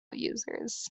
users